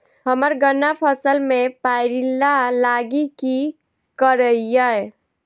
हम्मर गन्ना फसल मे पायरिल्ला लागि की करियै?